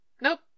Nope